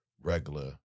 regular